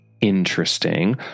Interesting